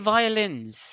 Violins